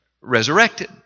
resurrected